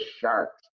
sharks